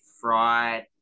fried